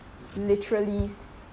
literally